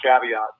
caveat